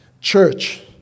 Church